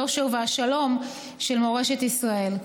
היושר והשלום של מורשת ישראל.